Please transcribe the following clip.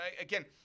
again